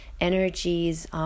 energies